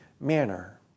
manner